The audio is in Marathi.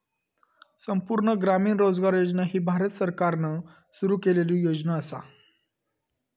संपूर्ण ग्रामीण रोजगार योजना ही भारत सरकारान सुरू केलेली योजना असा